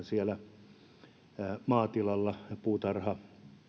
siellä maatilalla puutarha